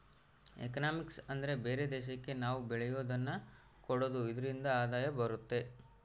economics ಅಂದ್ರೆ ಬೇರೆ ದೇಶಕ್ಕೆ ನಾವ್ ಬೆಳೆಯೋದನ್ನ ಕೊಡೋದು ಇದ್ರಿಂದ ಆದಾಯ ಬರುತ್ತೆ